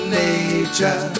nature